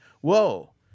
whoa